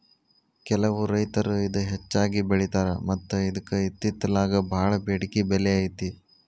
ಕೆಲವು ರೈತರು ಇದ ಹೆಚ್ಚಾಗಿ ಬೆಳಿತಾರ ಮತ್ತ ಇದ್ಕ ಇತ್ತಿತ್ತಲಾಗ ಬಾಳ ಬೆಡಿಕೆ ಬೆಲೆ ಐತಿ